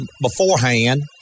beforehand